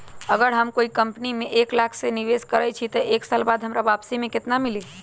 अगर हम कोई कंपनी में एक लाख के निवेस करईछी त एक साल बाद हमरा वापसी में केतना मिली?